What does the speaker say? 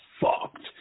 fucked